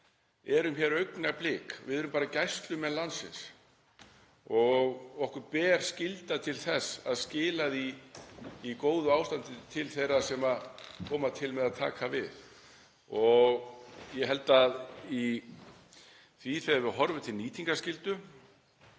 við erum hér í augnablik, við erum gæslumenn landsins og okkur ber skylda til þess að skila því í góðu ástandi til þeirra sem koma til með að taka við. Ég held að þegar við horfum til nýtingarskyldu